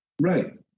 right